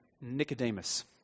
Nicodemus